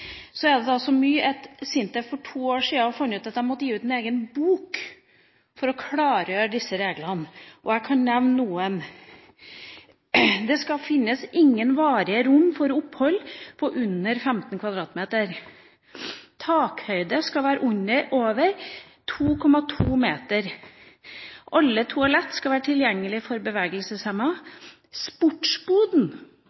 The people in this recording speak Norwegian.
er det så mye at SINTEF for to år siden fant ut at de måtte gi ut en egen bok for å klargjøre disse reglene. Jeg kan nevne noen: Det skal ikke finnes noen varige rom for opphold på under 15 km2, takhøyden skal være over 2,2 meter, alle toaletter skal være tilgjengelige for